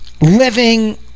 living